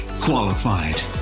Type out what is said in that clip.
qualified